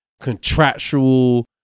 contractual